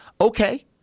Okay